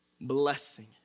blessing